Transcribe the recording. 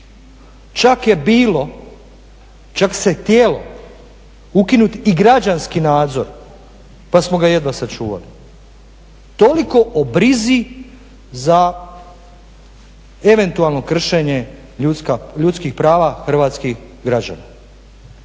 Čak je bilo čak se htjelo ukinuti i građanski nadzor pa smo ga jedva sačuvali. Toliko o brzi za eventualno kršenje ljudskih prava hrvatskih građana.